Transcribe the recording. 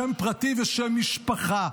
שם פרטי ושם משפחה.